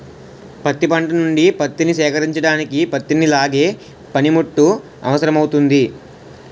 పత్తి పంట నుండి పత్తిని సేకరించడానికి పత్తిని లాగే పనిముట్టు అవసరమౌతుంది